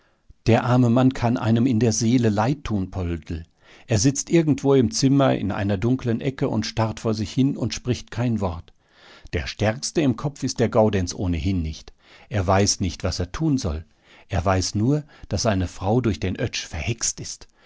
der arme mann kann einem in der seele leid tun poldl er sitzt irgendwo im zimmer in einer dunklen ecke und starrt vor sich hin und spricht kein wort der stärkste im kopf ist der gaudenz ohnedies nicht er weiß nicht was er tun soll er weiß nur daß seine frau durch den oetsch verhext ist